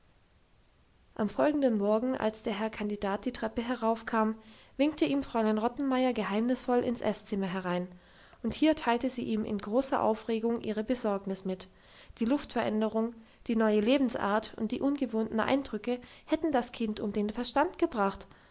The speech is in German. am folgenden morgen als der herr kandidat die treppe heraufkam winkte ihn fräulein rottenmeier geheimnisvoll ins esszimmer herein und hier teilte sie ihm in großer aufregung ihre besorgnis mit die luftveränderung die neue lebensart und die ungewohnten eindrücke hätten das kind um den verstand gebracht